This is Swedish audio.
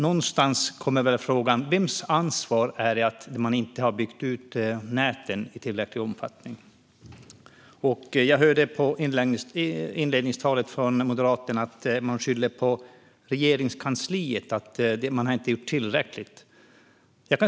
Någonstans kommer då frågan: Vems ansvar är det att man inte har byggt ut näten i tillräcklig omfattning? Jag hörde i Moderaternas inledningsanförande att man skyller på att Regeringskansliet inte har gjort tillräckligt.